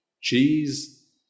cheese